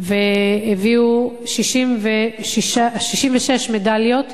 והביאו 66 מדליות: